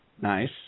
Nice